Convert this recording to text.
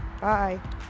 Bye